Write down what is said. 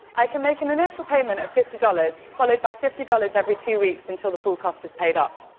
i can make an initial payment of fifty dollars, followed by fifty dollars every two weeks until the full cost is paid off.